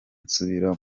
nsubira